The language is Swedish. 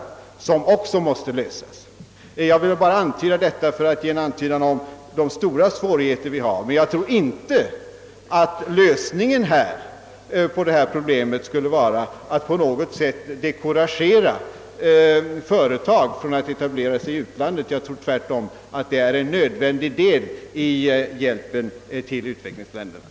Jag har bara velat nämna detta för att ge en antydan om de stora svårigheter som föreligger. Jag tror inte att lösningen på detta problem ligger i att man decouragerar företag från att etablera sig i u-länderna. Jag tror tvärtom att en sådan etablering är en nödvändig del av hjälpen till utvecklingsländerna.